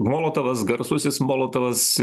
molotovas garsusis molotovas